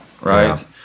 right